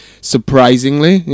surprisingly